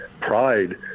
pride